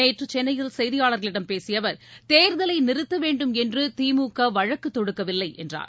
நேற்று சென்னையில் செய்தியாளர்களிடம் பேசிய அவர் தேர்தலை நிறுத்தவேண்டும் என்று திமுக வழக்கு தொடுக்கவில்லை என்றார்